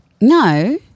No